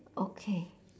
okay